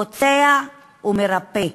פוצע ומרפא,